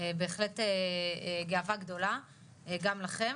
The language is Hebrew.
בהחלט גאווה גדולה גם לכם